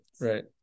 right